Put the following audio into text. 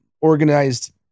organized